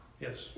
Yes